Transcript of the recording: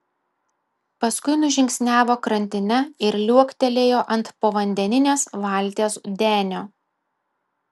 paskui nužingsniavo krantine ir liuoktelėjo ant povandeninės valties denio